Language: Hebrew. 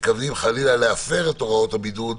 ומתכוון חלילה להפר את הוראות הבידוד,